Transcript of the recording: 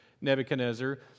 Nebuchadnezzar